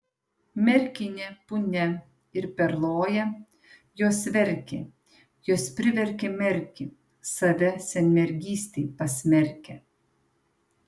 merkinė punia ir perloja jos verkė jos priverkė merkį save senmergystei pasmerkę